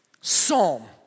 psalm